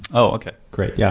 oh okay, great. yeah